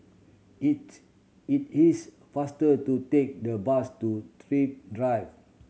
it it is faster to take the bus to Thrift Drive